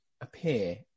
appear